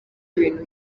ibintu